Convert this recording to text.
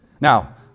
Now